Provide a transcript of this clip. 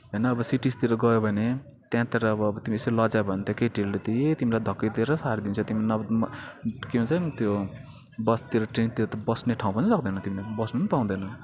होइन अब सिटिसतिर गयोभने त्यहाँतिर अब तिमी यसरी लजायौ भने त केटीहरूले त ए तिमीलाई धक्की दिएर सारिदिन्छ तिमीलाई के भन्छन् त्यो बसतिर ट्रेनतिर त बस्ने ठाउँ पनि सक्दैन तिमले बस्नु पनि पाउँदैन